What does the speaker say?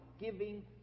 giving